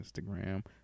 Instagram